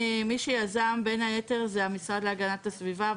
מי שיזם בין היתר זה המשרד להגנת הסביבה,